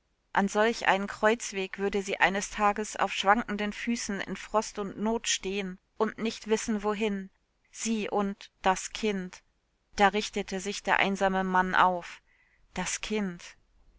an solch einem kreuzweg würde sie eines tages auf schwankenden füßen in frost und not stehen und nicht wissen wohin sie und das kind da richtete sich der einsame mann auf das kind